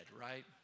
right